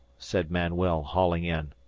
said manuel, hauling in.